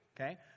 okay